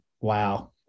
Wow